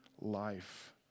life